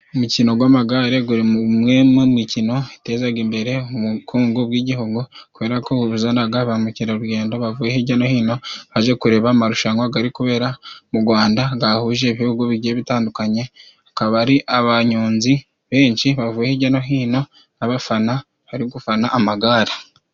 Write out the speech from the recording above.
Imikino gw'amagare guri muri imwe mu mikino itezaga imbere ubukungu bw'Igihugu kubera ko buzanaga ba mukerarugendo bavuye hijya no hino baje kureba amarushanwa gari kubera mu Gwanda gahuje ibihugu bigiye bitandukanye, akaba ari abanyonzi benshi bavuye hijya no hino n'abafana bari gufana amagare.